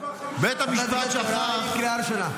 למה אין נשיא לבית המשפט כבר 15 חודשים?